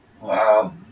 wow